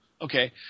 Okay